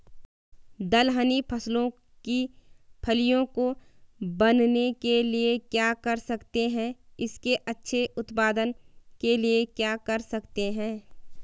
दलहनी फसलों की फलियों को बनने के लिए क्या कर सकते हैं इसके अच्छे उत्पादन के लिए क्या कर सकते हैं?